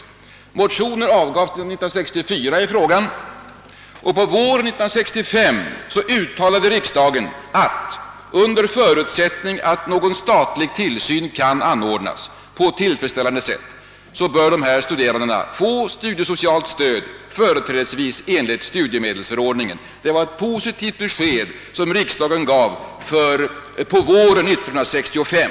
Riksdagsmotioner i frågan väcktes år 1964, och på våren 1965 uttalade riksdagen att under förutsättning att statlig tillsyn kan anordnas på tillfredsställande sätt borde dessa studerande få studiesocialt stöd företrädesvis enligt studiemedelsförordningen. Det var ett positivt besked som riksdagen gav, och det gavs som sagt på våren 1965.